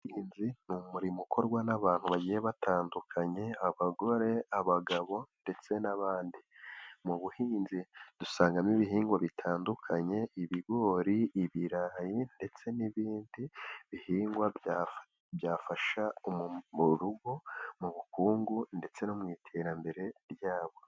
Ubuhinzi ni umurimo ukorwa n'abantu bagiye batandukanye, abagore abagabo ndetse n'abandi. Mu buhinzi dusangamo ibihingwa bitandukanye ibigori, ibirayi ndetse n'ibindi bihingwa, byafasha mu rugo mu bukungu ndetse no mu iterambere ryabo.